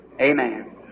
amen